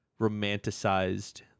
romanticized